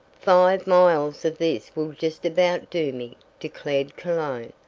five miles of this will just about do me, declared cologne.